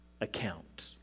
account